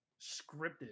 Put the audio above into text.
scripted